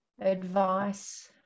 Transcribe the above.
advice